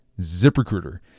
ZipRecruiter